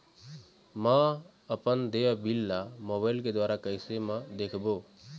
म अपन देय बिल ला मोबाइल के द्वारा कैसे म देखबो?